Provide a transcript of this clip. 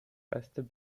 قصد